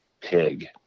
pig